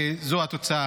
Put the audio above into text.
וזו התוצאה.